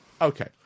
Okay